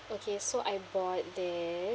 okay so I bought this